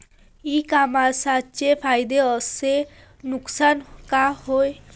इ कामर्सचे फायदे अस नुकसान का हाये